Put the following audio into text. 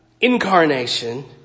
incarnation